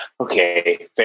Okay